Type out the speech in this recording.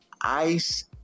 ice